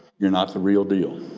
you're not the real deal.